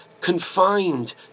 confined